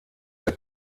der